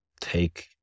take